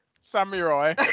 samurai